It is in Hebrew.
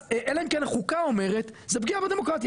אלא אם כן החוקה אומרת זה פגיעה בדמוקרטיה,